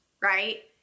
right